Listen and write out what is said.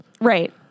Right